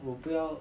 我不要